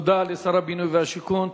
תודה לשר הבינוי והשיכון.